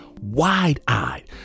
wide-eyed